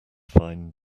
fine